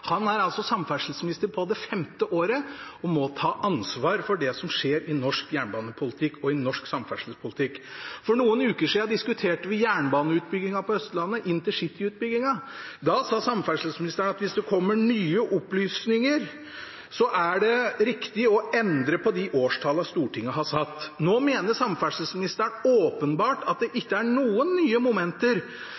Han er samferdselsminister på det femte året og må ta ansvar for det som skjer i norsk jernbanepolitikk og i norsk samferdselspolitikk. For noen uker siden diskuterte vi jernbaneutbyggingen på Østlandet – InterCity-utbyggingen. Da sa samferdselsministeren at hvis det kommer nye opplysninger, er det riktig å endre på de årstallene som Stortinget har satt. Nå mener samferdselsministeren åpenbart at det